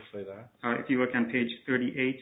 say that if you look on page thirty eight